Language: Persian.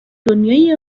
دنیای